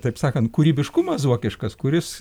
taip sakant kūrybiškumas vokiškas kuris